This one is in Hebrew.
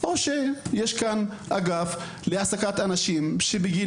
או שיש כאן אגף להעסקת אנשים שבגיל